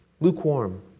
lukewarm